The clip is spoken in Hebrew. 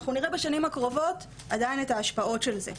אנחנו נראה בשנים הקרובות לכל אורכן עדיין את ההשפעה של זה.